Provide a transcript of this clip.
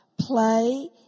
play